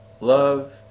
love